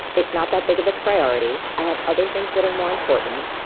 it's not that big of a priority. i have other things that are more important.